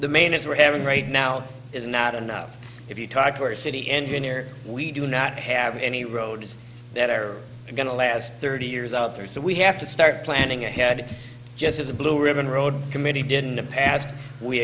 is we're having right now is not enough if you talk to our city engineer we do not have any roads that are going to last thirty years out there so we have to start planning ahead just as a blue ribbon road committee did in the past we